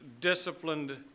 disciplined